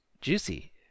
juicy